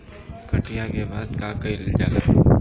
कटिया के बाद का कइल जाला?